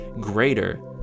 greater